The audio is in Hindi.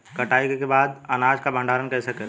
कटाई के बाद अनाज का भंडारण कैसे करें?